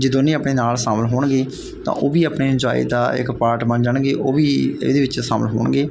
ਜੇ ਦੋਨੇ ਆਪਣੇ ਨਾਲ ਸ਼ਾਮਿਲ ਹੋਣਗੇ ਤਾਂ ਉਹ ਵੀ ਆਪਣੇ ਇੰਜੋਏ ਦਾ ਇੱਕ ਪਾਰਟ ਬਣ ਜਾਣਗੇ ਉਹ ਵੀ ਇਹਦੇ ਵਿੱਚ ਸ਼ਾਮਿਲ ਹੋਣਗੇ